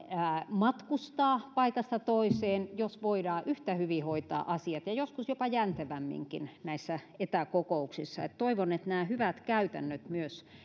matkustaa paikasta toiseen jos voidaan yhtä hyvin hoitaa asiat ja joskus jopa jäntevämminkin näissä etäkokouksissa eli toivon että nämä hyvät käytännöt